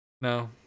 No